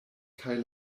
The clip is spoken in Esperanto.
kaj